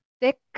thick